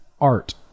art